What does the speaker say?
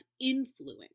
influence